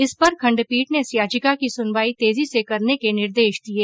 इस पर खंडपीठ ने इस याचिका की सुनवाई तेजी से करने के निर्देश दिये